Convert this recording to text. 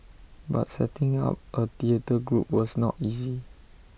but setting up A theatre group was not easy